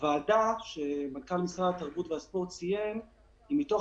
הוועדה שמנכ"ל משרד התרבות והספורט ציין היא מתוך